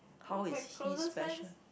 how is he special